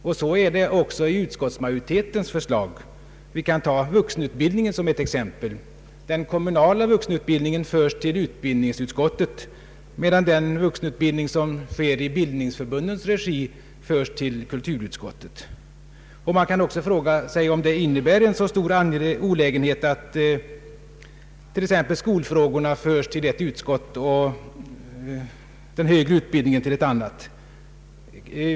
Detta innebär också utskottsmajoritetens förslag. Vi kan som ett exempel ta vuxenutbildningen. Den kommunala vuxenutbildningen förs till utbildningsutskottet, medan den vuxenutbildning som sker i bildningsförbundens regi förs till kulturutskottet. Innebär det då verkligen någon större olägenhet att exempelvis skolfrågorna förs till ett utskott och den högre utbildningen till ett annat?